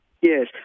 Yes